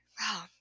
Wow